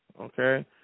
okay